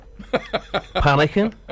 Panicking